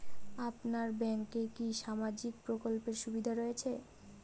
আপনার ব্যাংকে কি সামাজিক প্রকল্পের সুবিধা রয়েছে?